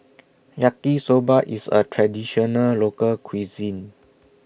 Yaki Soba IS A Traditional Local Cuisine